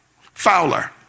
fowler